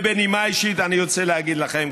ובנימה אישית אני רוצה להגיד לכם,